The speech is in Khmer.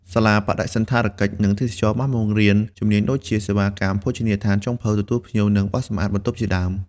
សាលាបដិសណ្ឋារកិច្ច និងទេសចរណ៍ បានបង្រៀនជំនាញដូចជា សេវាកម្មភោជនីយដ្ឋាន ចុងភៅ ទទួលភ្ញៀវ និងបោសសម្អាតបន្ទប់ជាដើម។